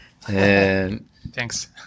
Thanks